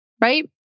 Right